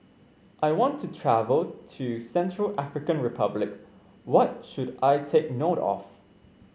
I want to travel to Central African Republic what should I take note of